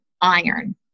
iron